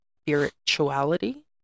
spirituality